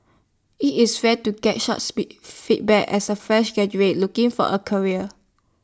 IT is rare to get be feedback as A fresh graduate looking for A career